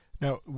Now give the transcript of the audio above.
Now